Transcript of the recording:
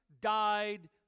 died